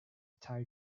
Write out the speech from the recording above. tyre